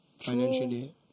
financially